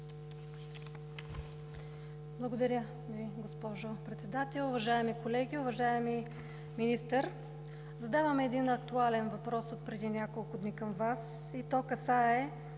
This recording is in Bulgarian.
Благодаря Ви, госпожо Председател. Уважаеми колеги! Уважаеми господин Министър, задаваме един актуален въпрос отпреди няколко дни към Вас и той касае